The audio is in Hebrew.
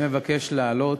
ולכן, תודה, אדוני.